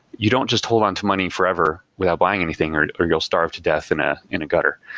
you don't just hold on to money forever without buying anything or or you'll starve to death in ah in a gutter.